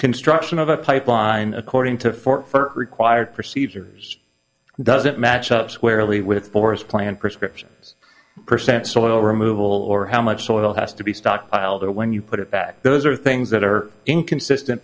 construction of a pipeline according to four required perceivers doesn't match up squarely with boris plant prescript percent soil removal or how much oil has to be stockpiled there when you put it back those are things that are inconsistent